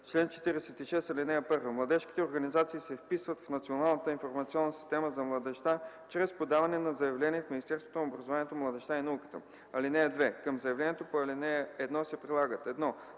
„Чл. 46. (1) Младежките организации се вписват в Националната информационна система за младежта чрез подаване на заявление в Министерството на образованието, младежта и науката. (2) Към заявлението по ал. 1 се прилагат: 1.